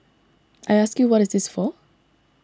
I ask you what is this for